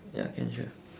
ya can sure